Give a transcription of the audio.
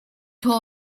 tore